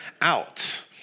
out